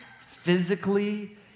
physically